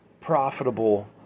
profitable